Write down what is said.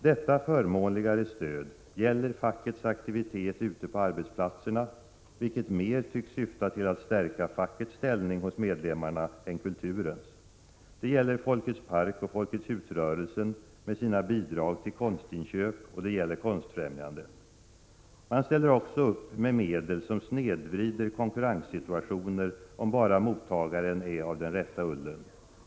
Detta förmånligare stöd gäller fackets aktivitet ute på arbetsplatserna, vilken mer tycks syfta till att stärka fackets ställning hos medlemmarna än kulturens. Det gäller Folkets park och folkets husrörelsen med dess bidrag till konstinköp, och det gäller även Konstfrämjandet. Man ställer också upp med medel som snedvrider konkurrenssituationer, om bara mottagaren är av den rätta ullen.